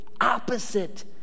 opposite